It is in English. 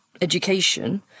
education